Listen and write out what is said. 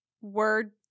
word